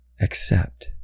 Accept